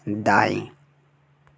दाएँ